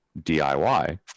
DIY